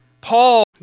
Paul